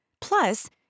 Plus